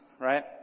right